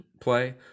play